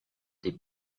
des